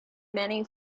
many